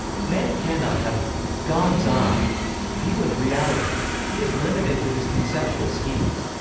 man cannot have a god's eye view of reality. he is limited to his conceptual schemes.